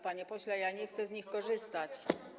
Panie pośle, ja nie chcę z nich korzystać.